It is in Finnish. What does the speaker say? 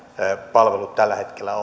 palvelut tällä hetkellä